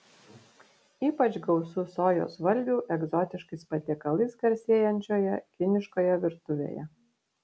ypač gausu sojos valgių egzotiškais patiekalais garsėjančioje kiniškoje virtuvėje